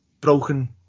Broken